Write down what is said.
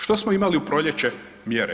Što smo imali u proljeće mjere?